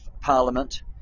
parliament